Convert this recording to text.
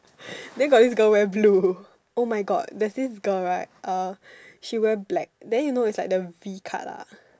then got wear this girl wear blue oh my God there's this girl right uh she wear black then you know is like the V cut ah